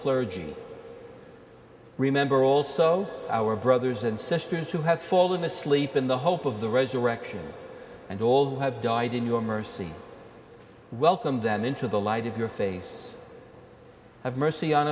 clergy remember also our brothers and sisters who have fallen asleep in the hope of the resurrection and all who have died in your mercy welcomed them into the light of your face have mercy on